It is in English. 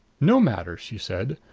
no matter, she said,